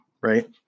Right